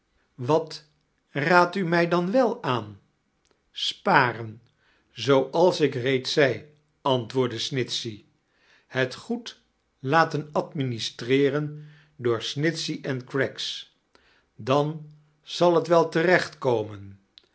wat naiadt u mij dan wei aan sparen zooals ik reeds zei antwoordde snitchey het goed laten axlministireeren door snitchey en ciaggs dan zal t wel